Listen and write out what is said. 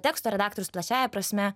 teksto redaktorius plačiąja prasme